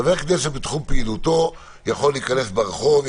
חבר כנסת בתחום פעילותו יכול להיכנס ברחוב,